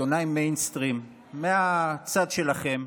עיתונאי מיינסטרים מהצד שלכם,